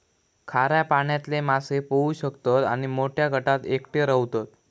खाऱ्या पाण्यातले मासे पोहू शकतत आणि मोठ्या गटात एकटे रव्हतत